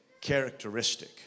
characteristic